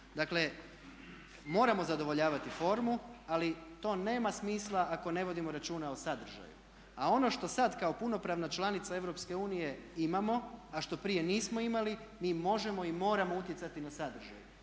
Dakle moramo zadovoljavati formu ali to nema smisla ako ne vodimo računa o sadržaju. A ono što sada kao punopravna članice Europske unije imamo a što prije nismo imali, mi možemo i moramo utjecati na sadržaje.